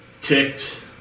ticked